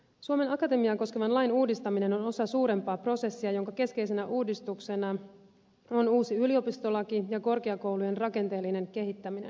suomen akatemiaa koskevan lain uudistaminen on osa suurempaa prosessia jonka keskeisenä uudistuksena on uusi yliopistolaki ja korkeakoulujen rakenteellinen kehittäminen